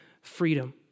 freedom